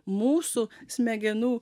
mūsų smegenų